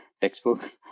textbook